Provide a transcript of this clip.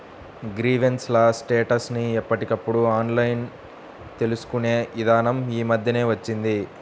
grievance ల status ని ఎప్పటికప్పుడు ఆన్లైన్ తెలుసుకునే ఇదానం యీ మద్దెనే వచ్చింది